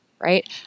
right